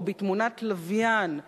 או בתמונת לוויין,